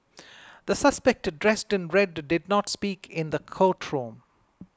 the suspect dressed in red did not speak in the courtroom